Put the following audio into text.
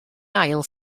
ail